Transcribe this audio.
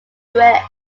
duet